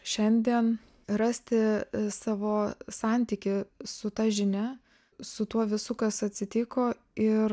šiandien rasti savo santykį su ta žinia su tuo visu kas atsitiko ir